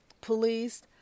police